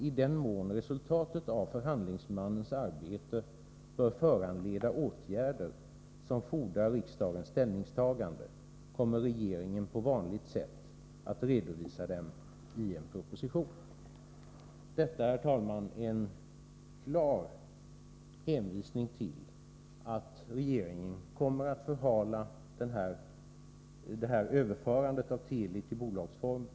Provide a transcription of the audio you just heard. I den mån resultatet av förhandlingsmannens arbete bör föranleda åtgärder som fordrar riksdagens ställningstagande, kommer regeringen på vanligt sätt att redovisa dem i en proposition.” Detta, herr talman, är en klar fingervisning om att regeringen ytterligare kommer att förhala överförandet av Teli till bolagsform.